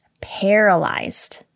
paralyzed